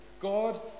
God